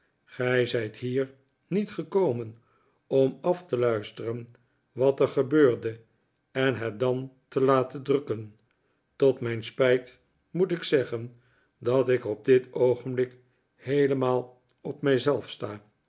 gij zijt hier niet gekomen om af te luisteren wat er gebeurde en het dan te laten drukken tot mijn spijt moet ik zeggen dat ik op dit oogenblik heelemaal op